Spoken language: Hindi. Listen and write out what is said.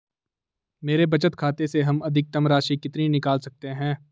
मेरे बचत खाते से हम अधिकतम राशि कितनी निकाल सकते हैं?